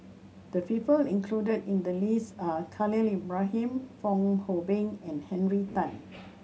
the people included in the list are Khalil Ibrahim Fong Hoe Beng and Henry Tan